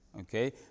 okay